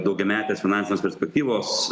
daugiametės finansinės perspektyvos